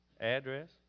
address